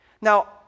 Now